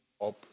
up